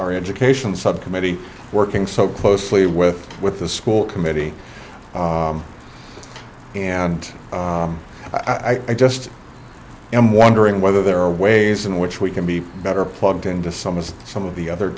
our education subcommittee working so closely with with the school committee and i just am wondering whether there are ways in which we can be better plugged into some of some of the other